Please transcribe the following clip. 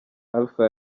alpha